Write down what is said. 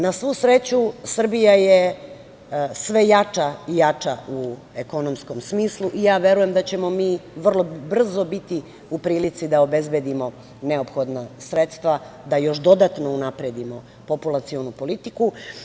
Na svu sreću Srbija je sve jača i jača u ekonomskom smislu i ja verujem da ćemo mi vrlo brzo biti u prilici da obezbedimo neophodna sredstva da još dodatno unapredimo populacionu politiku.